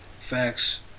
Facts